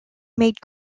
made